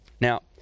Now